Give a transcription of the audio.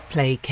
Play